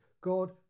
God